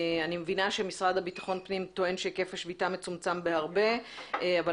אני מבינה שהמשרד לביטחון פנים טוען שהיקף השביתה מצומצם בהרבה אבל